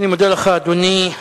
אני מודה לך, אדוני.